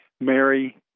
Mary